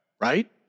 right